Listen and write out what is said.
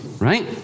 right